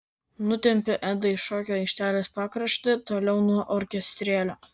nutempiu edą į šokių aikštelės pakraštį toliau nuo orkestrėlio